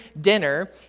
dinner